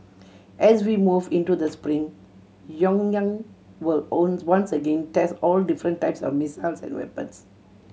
as we move into the spring Pyongyang will own once again test all different types of missiles and weapons